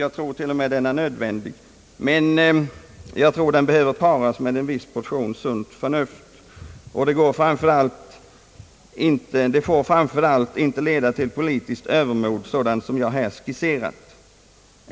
Jag tror att den är nödvändig, men jag tror den behöver paras med en viss portion sunt förnuft, och den får framför allt inte leda till politiskt övermod, sådant som jag här skisserat.